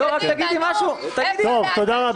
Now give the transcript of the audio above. נו, קדימה, קדימה.